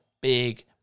big